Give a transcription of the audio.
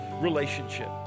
relationship